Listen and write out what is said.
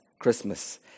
Christmas